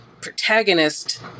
protagonist